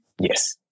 Yes